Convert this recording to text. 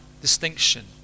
distinction